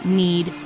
need